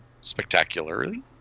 spectacularly